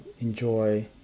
enjoy